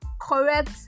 correct